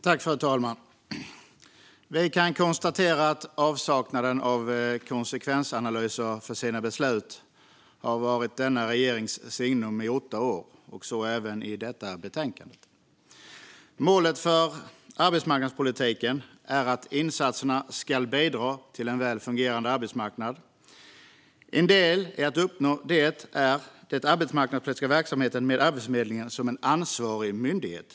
Fru talman! Vi kan konstatera att avsaknaden av konsekvensanalyser av de egna besluten har varit denna regerings signum i åtta år. Så är det även när det gäller detta betänkande. Målet för arbetsmarknadspolitiken är att insatserna ska bidra till en väl fungerande arbetsmarknad. En del i att uppnå det är den arbetsmarknadspolitiska verksamheten med Arbetsförmedlingen som ansvarig myndighet.